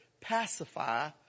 pacify